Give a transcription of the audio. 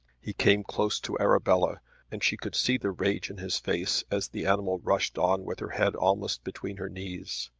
he came close to arabella and she could see the rage in his face as the animal rushed on with her head almost between her knees.